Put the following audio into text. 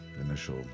initial